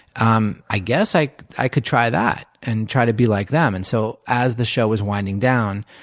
um i guess like i could try that and try to be like them. and so, as the show was winding down,